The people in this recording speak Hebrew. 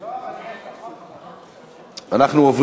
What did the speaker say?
בעד, 36, נגד, 18. אני קובע